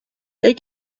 they